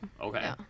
Okay